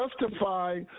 justify